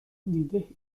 دیده